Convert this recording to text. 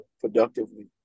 productively